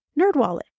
NerdWallet